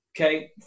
okay